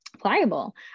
pliable